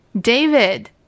David